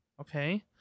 Okay